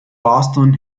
boston